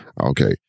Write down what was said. Okay